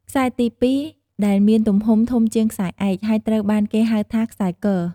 ខ្សែទី ២ ដែលមានទំហំ ធំជាងខ្សែឯក ហើយត្រូវបានគេហៅថា ខ្សែគ។